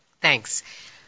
Thanks